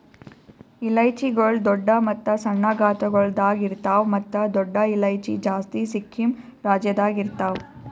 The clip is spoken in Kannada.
ಇಲೈಚಿಗೊಳ್ ದೊಡ್ಡ ಮತ್ತ ಸಣ್ಣ ಗಾತ್ರಗೊಳ್ದಾಗ್ ಇರ್ತಾವ್ ಮತ್ತ ದೊಡ್ಡ ಇಲೈಚಿ ಜಾಸ್ತಿ ಸಿಕ್ಕಿಂ ರಾಜ್ಯದಾಗ್ ಇರ್ತಾವ್